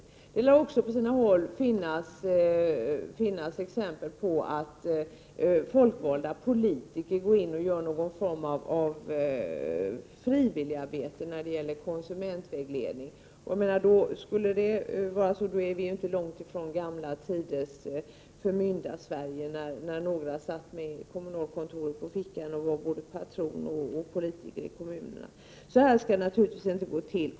Det lär också på sina håll finnas exempel på att folkvalda politiker går in och gör någon form av frivilligarbete när det gäller konsumentvägledning. Skulle det vara så, är vi inte långt ifrån gamla tiders Förmyndarsverige, när någon satt med kommunalkontoret på fickan och var både patron och politiker i kommunen. Så skall det naturligtvis inte gå till.